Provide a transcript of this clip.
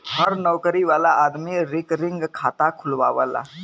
हर नउकरी वाला आदमी रिकरींग खाता खुलवावला